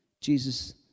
Jesus